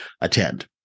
attend